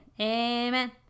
amen